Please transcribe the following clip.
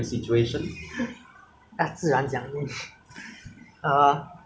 err 因有两个 exam 所以我是星期二考还有星期四考